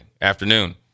afternoon